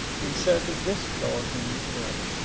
inserted this clause in his will